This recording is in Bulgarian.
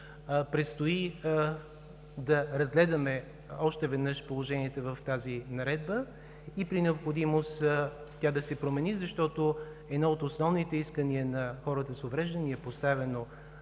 Предстои да разгледаме още веднъж положението в тази наредба и при необходимост тя да се промени, защото едно от основните искания на хората с увреждания, поставено